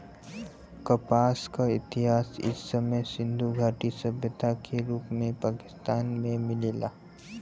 कपास क इतिहास इ समय सिंधु घाटी सभ्यता के रूप में पाकिस्तान में मिलेला